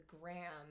Gram